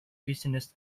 business